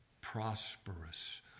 prosperous